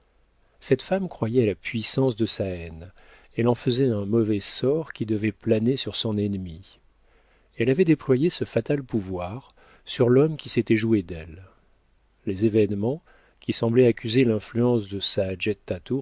cette femme croyait à la puissance de sa haine elle en faisait un mauvais sort qui devait planer sur son ennemi elle avait déployé ce fatal pouvoir sur l'homme qui s'était joué d'elle les événements qui semblaient accuser l'influence de sa